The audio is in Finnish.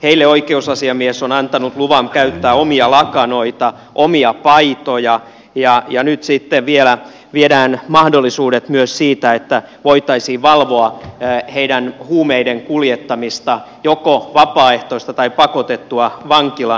heille oikeusasiamies on antanut luvan käyttää omia lakanoita omia paitoja ja nyt sitten vielä viedään mahdollisuudet myös siitä että voitaisiin valvoa huumeiden kuljettamista joko vapaaehtoista tai pakotettua vankilaan